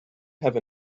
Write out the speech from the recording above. have